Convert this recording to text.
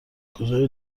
کجای